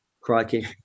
crikey